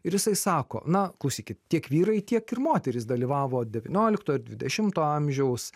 ir jisai sako na klausykit tiek vyrai tiek ir moterys dalyvavo devyniolikto ir dvidešimto amžiaus